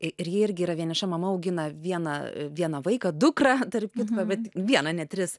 i ir ji irgi yra vieniša mama augina vieną e vieną vaiką dukrą tarp kitko bet vieną ne tris